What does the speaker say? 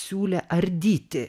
siūlė ardyti